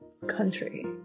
country